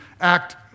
act